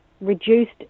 reduced